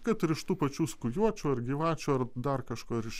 kad ir iš tų pačių skujuočių ar gyvačių ar dar kažkur ar iš